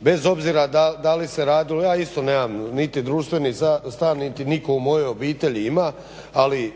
bez obzira da li se radilo, ja isto nemam niti društveni stan niti nitko u mojoj obitelji ima, ali